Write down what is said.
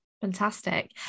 Fantastic